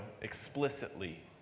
explicitly